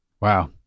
wow